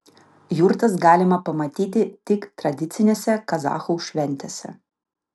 jurtas galima pamatyti tik tradicinėse kazachų šventėse